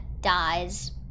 dies